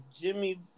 Jimmy